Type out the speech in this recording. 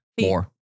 more